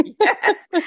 Yes